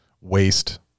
waste